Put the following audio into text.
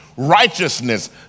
righteousness